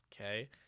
okay